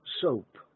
soap